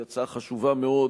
היא הצעה חשובה מאוד,